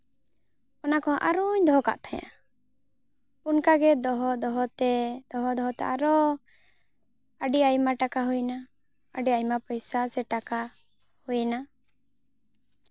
ᱚᱱᱟ ᱠᱚᱦᱚᱸ ᱟᱨᱚᱧ ᱫᱚᱦᱚ ᱠᱟᱜ ᱛᱟᱦᱮᱸᱜᱼᱟ ᱚᱱᱠᱟᱜᱮ ᱫᱚᱦᱚ ᱫᱚᱦᱚᱛᱮ ᱫᱚᱦᱚ ᱫᱚᱦᱚᱛᱮ ᱟᱨᱚ ᱟᱹᱰᱤ ᱟᱭᱢᱟ ᱴᱟᱠᱟ ᱦᱩᱭᱮᱱᱟ ᱟᱹᱰᱤ ᱟᱭᱢᱟ ᱯᱚᱭᱥᱟ ᱥᱮ ᱴᱟᱠᱟ ᱦᱩᱭ ᱮᱱᱟ